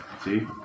see